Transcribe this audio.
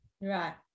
Right